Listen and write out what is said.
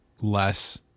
less